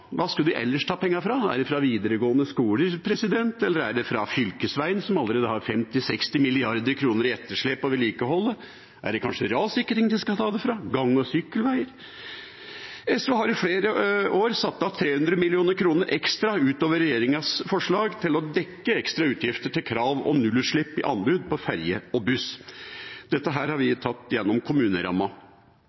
Hva skulle de ellers ta pengene fra? Er det fra videregående skoler, eller er det fra fylkesveiene, som allerede har 50 mrd. kr–60 mrd. kr i etterslep på vedlikeholdet? Er det kanskje rassikring de skal ta det fra, eller fra gang- og sykkelvei? SV har i flere år satt av 300 mill. kr ekstra utover regjeringas forslag til å dekke ekstra utgifter til krav om nullutslipp i anbud på ferje og buss. Dette har vi tatt gjennom kommuneramma.